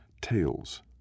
tails